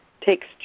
takes